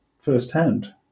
firsthand